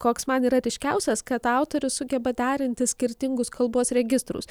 koks man yra ryškiausias kad autorius sugeba derinti skirtingus kalbos registrus